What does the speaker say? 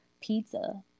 pizza